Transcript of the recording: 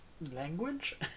language